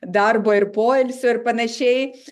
darbo ir poilsio ir panašiai